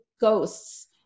ghosts